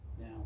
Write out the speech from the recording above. Now